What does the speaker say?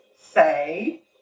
say